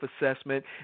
assessment